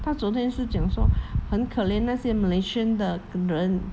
她昨天是讲说很可怜那些 malaysian 的人